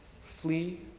flee